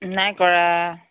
নাই কৰা